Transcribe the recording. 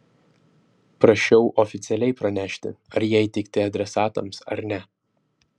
prašiau oficialiai pranešti ar jie įteikti adresatams ar ne